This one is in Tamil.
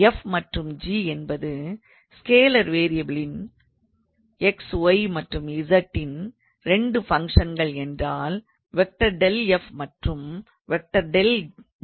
f மற்றும் g என்பது ஸ்கேலார் வேரியபில்கள் xy மற்றும் z இன் 2 ஃபங்க்ஷன்கள் என்றால் ∇⃗𝑓 மற்றும் ∇⃗𝑔 என்று இருக்கும்